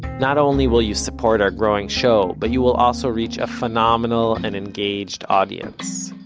not only will you support our growing show, but you will also reach a phenomenal and engaged audience.